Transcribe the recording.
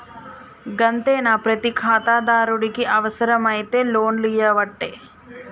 గంతేనా, ప్రతి ఖాతాదారునికి అవుసరమైతే లోన్లియ్యవట్టే